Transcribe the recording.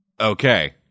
Okay